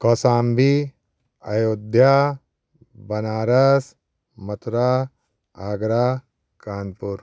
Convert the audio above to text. Kaushambi Ayodhya Banaras Mathura Agra Kanpur